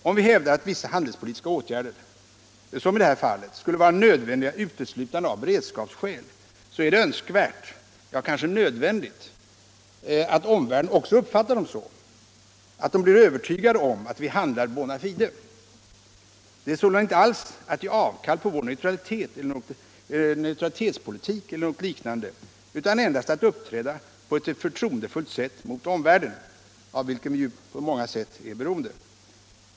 Om vi hävdar att vissa handelspolitiska åtgärder, som i det här fallet, skulle vara nödvändiga uteslutande av beredskapsskäl, så är det önskvärt, ja kanske nödvändigt, att omvärlden också uppfattar dem så — att man där blir övertygad om att vi handlar bona fide. Det är sålunda inte alls att ge avkall på vår neutralitetspolitik eller något liknande utan endast att uppträda på ett förtroendefullt sätt mot omvärlden, av vilken vi ju på många sätt är beroende.